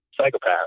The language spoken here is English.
psychopath